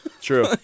True